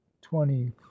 twenty